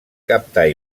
captar